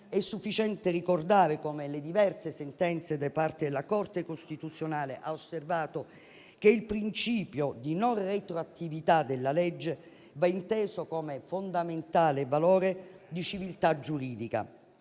È sufficiente ricordare come le diverse sentenze da parte della Corte costituzionale abbiano osservato che il principio di non retroattività della legge va inteso come fondamentale valore di civiltà giuridica,